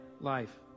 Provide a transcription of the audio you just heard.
life